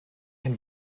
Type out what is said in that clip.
can